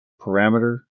Parameter